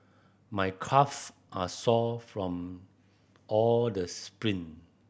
my calve are sore from all the sprint